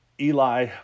Eli